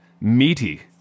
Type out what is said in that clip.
meaty